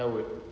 laut